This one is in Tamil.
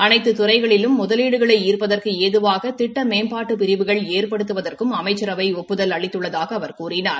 அனைத்து துறைகளிலும் முதலீடுகளை ஈாப்பதற்கு ஏதுவாக திட்ட மேம்பாட்டு பிரிவுகள் ஏற்படுத்துவதற்கும் அமைச்சரவை ஒப்புதல் அளித்துள்ளதாகக் கூறினார்